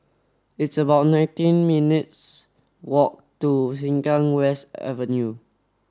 it's about nineteen minutes' walk to Sengkang West Avenue